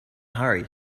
hurry